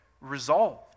resolved